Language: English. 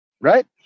Right